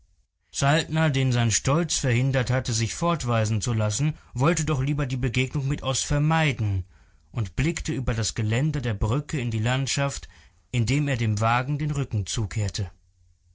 den sein stolz verhindert hatte sich fortweisen zu lassen wollte doch lieber die begegnung mit oß vermeiden und blickte über das geländer der brücke in die landschaft indem er dem wagen den rücken zukehrte